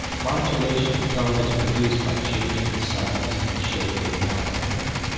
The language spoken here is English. modulation of tone is produced by changing the size and shape of the mouth cavity.